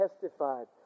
testified